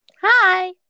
Hi